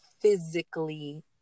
physically